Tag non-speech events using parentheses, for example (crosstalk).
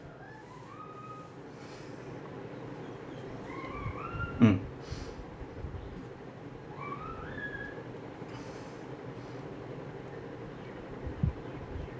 mm (noise)